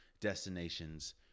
destinations